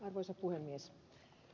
arvoisa puhemies